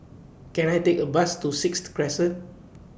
Can I Take A Bus to Sixth Crescent